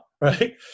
right